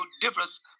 difference